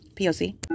poc